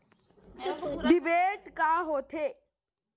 Debit का होथे?